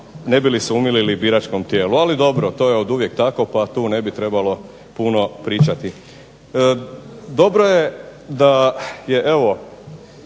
ne bili se umilili biračkom tijelu. Ali dobro, to je oduvijek tako tu ne bi trebalo puno pričati. Dobro je da je